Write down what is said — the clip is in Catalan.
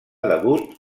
debut